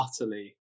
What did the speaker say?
utterly